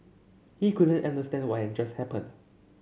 he couldn't understand why had just happened